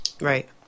Right